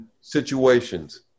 Situations